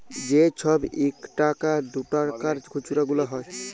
যে ছব ইকটাকা দুটাকার খুচরা গুলা হ্যয়